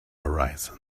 horizon